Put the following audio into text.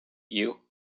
you